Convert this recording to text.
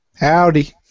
Howdy